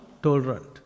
tolerant